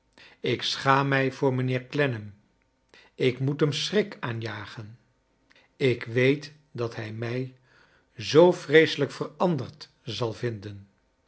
ik schaam mij voor mijnheer clennam ik moet hem schrik aanjagen ik weet dat hij mij zoo vreeselijk veranderd zal vinden